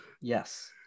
Yes